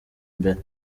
imbere